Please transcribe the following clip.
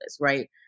right